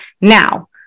Now